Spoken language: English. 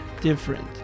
different